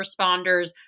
responders